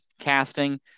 casting